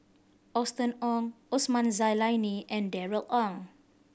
Austen Ong Osman Zailani and Darrell Ang